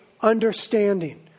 understanding